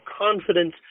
confidence